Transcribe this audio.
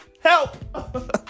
help